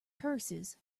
curses